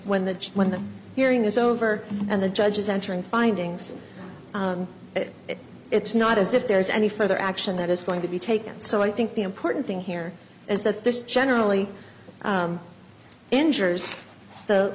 when the when the hearing is over and the judge is entering findings it's not as if there is any further action that is going to be taken so i think the important thing here is that this generally injures the